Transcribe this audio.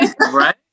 right